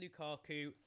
Lukaku